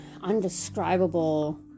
undescribable